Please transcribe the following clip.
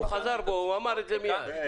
הוא חזר בו, הוא אמר את זה מייד.